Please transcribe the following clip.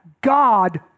God